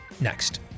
next